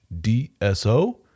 DSO